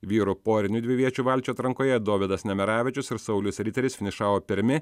vyrų porinių dviviečių valčių atrankoje dovydas nemeravičius ir saulius riteris finišavo pirmi